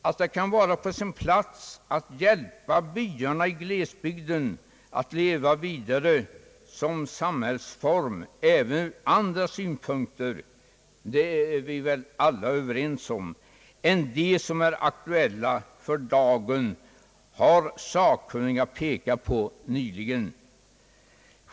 Att det kan vara på sin plats att hjälpa byarna i glesbygden att leva vidare som samhällsform även ur andra synpunkter än dem, som är aktuella för dagen, har sakkunniga pekat på nyligen.